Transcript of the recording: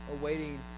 awaiting